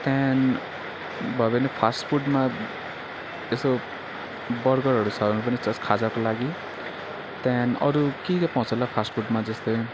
त्यहाँदेखि भयो भने फास्ट फुडमा यसो बर्गरहरू छ भने जस्ट खाजाको लागि त्यहाँदेखि अरू के के पाउँछ होला फास्ट फुड जस्तै